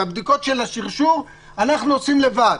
את הבדיקות של השרשור אנחנו עושים לבד.